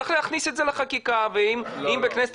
צריך להכניס את זה לחקיקה ואם בכנסת